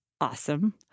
awesome